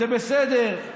זה בסדר,